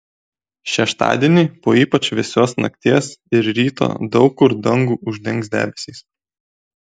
šeštadienį po ypač vėsios nakties ir ryto daug kur dangų uždengs debesys